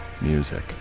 music